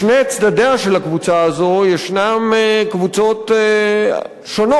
משני צדדיה של הקבוצה הזו ישנן קבוצות שונות.